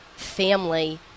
family